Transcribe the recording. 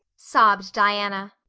sobbed diana,